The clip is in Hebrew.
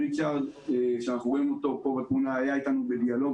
ריצ'רד כראם היה איתנו בדיאלוג,